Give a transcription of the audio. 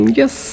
Yes